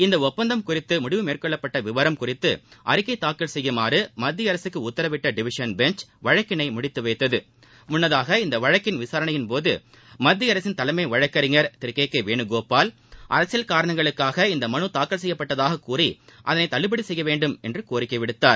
இந்த ஒப்பந்தம் குறித்து முடிவு மேற்கொள்ளப்பட்ட விவரம் குறித்து அறிக்கை தாக்கல் செய்யுமாறு மத்தியஅரசுக்கு உத்தரவிட்ட டிவிஷன் பெஞ்ச் வழக்கினை முடித்து வைத்தது முன்னதாக இந்த வழக்கிள் விசாரணையின்போது மத்தியஅரசின் தலைமை வழக்கறிஞர் திரு கே கே வேணுகோபால் அரசியல் காரணங்களுக்காக இந்த மனு தாக்கல் செய்யப்பட்டதாக கூறி அதனை தள்ளுபடி செய்யவேண்டும் என்று கோரிக்கை விடுத்தார்